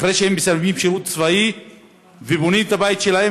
אחרי שהם מסיימים שירות צבאי ובונים את הבית שלהם,